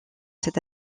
cet